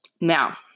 Now